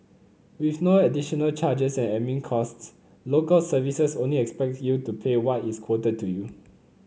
with no additional charges and admin costs Local Services only expects you to pay what is quoted to you